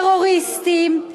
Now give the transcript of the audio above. עוד ארגון טרוריסטים,